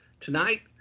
Tonight